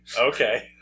Okay